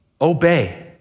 obey